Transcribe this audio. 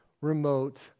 remote